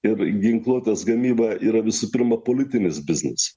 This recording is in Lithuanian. ir ginkluotės gamyba yra visų pirma politinis biznis